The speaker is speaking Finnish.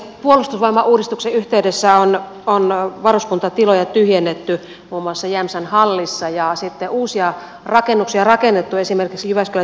puolustusvoimauudistuksen yhteydessä on varuskuntatiloja tyhjennetty muun muassa jämsän hallissa ja sitten uusia rakennuksia on rakennettu esimerkiksi jyväskylän tikkakoskella